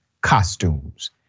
costumes